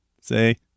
say